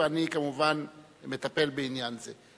ואני כמובן מטפל בעניין זה.